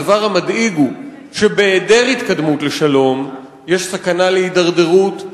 הדבר המדאיג הוא שבהיעדר התקדמות לשלום יש סכנה של הידרדרות,